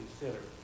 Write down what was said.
consider